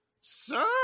Sir